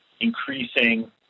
increasing